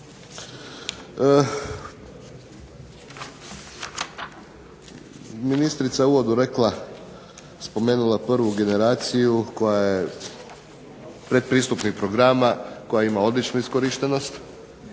Ministrica je u uvodu rekla, spomenula prvu generaciju koja je predpristupnih programa koja ima odličnu iskorištenost